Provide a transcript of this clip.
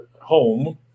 home